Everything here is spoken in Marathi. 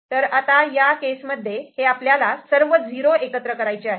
तर आता या केसमध्ये हे आपल्याला सर्व झिरो एकत्र करायचे आहेत